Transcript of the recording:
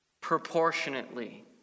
proportionately